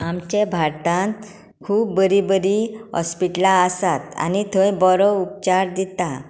आमच्या भारतांत खूब बरीं बरीं हॉस्पिटलां आसात आनी थंय बरो उपचार दिता